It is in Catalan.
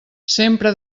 sempre